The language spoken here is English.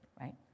right